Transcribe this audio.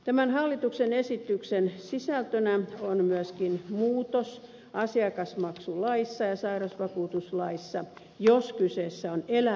tämän hallituksen esityksen sisältönä on myöskin muutos asiakasmaksulaissa ja sairausvakuutuslaissa jos kyseessä on elävä luovuttaja